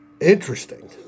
interesting